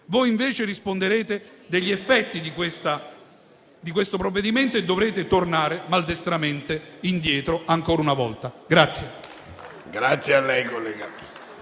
Voi invece risponderete degli effetti di questo provvedimento e dovrete tornare maldestramente indietro, ancora una volta.